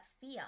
fear